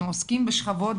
אנחנו עוסקים בשכבות,